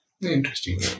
Interesting